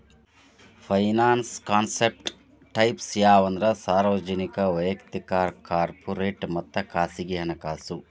finance concept types ಯಾವಂದ್ರ ಸಾರ್ವಜನಿಕ ವಯಕ್ತಿಕ ಕಾರ್ಪೊರೇಟ್ ಮತ್ತ ಖಾಸಗಿ ಹಣಕಾಸು